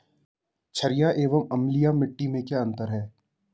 छारीय एवं अम्लीय मिट्टी में क्या अंतर है?